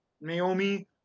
Naomi